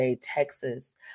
Texas